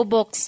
Box